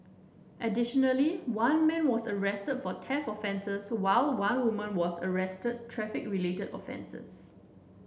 additionally one man was arrested for theft offences while one woman was arrested traffic related offences